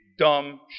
dumb